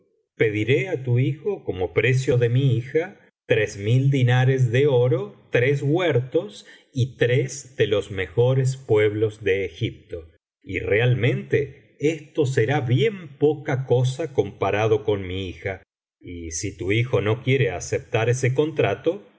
pediré á tu hijo como precio de mi hija tres mil dinares de oro tres huertos y tres de los mejores pueblos de egipto y realmente esto será bien poca cosa comparado con mi hija y si tu hijo no quiere aceptar ese contrato no